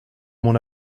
mon